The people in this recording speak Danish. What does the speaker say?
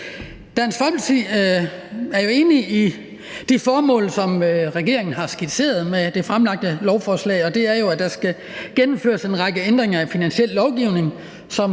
Dansk Folkeparti er jo enig i de formål, som regeringen har skitseret med det fremsatte lovforslag, og de består i, at der skal gennemføres en række ændringer af finansiel lovgivning,